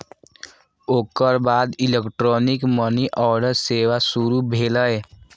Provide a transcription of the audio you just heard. ओकर बाद electronic money order सेवा शुरू भेलै